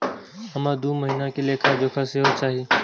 हमरा दूय महीना के लेखा जोखा सेहो चाही